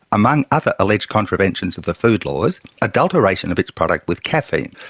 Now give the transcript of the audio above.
among other alleged contraventions of the food laws, adulteration of its product with caffeine?